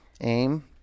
Aim